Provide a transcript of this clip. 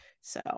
So-